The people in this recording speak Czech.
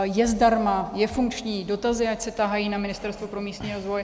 Je zdarma, je funkční, dotazy ať se tahají na Ministerstvo pro místní rozvoj.